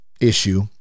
issue